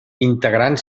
integrant